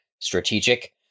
Strategic